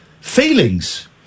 feelings